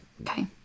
okay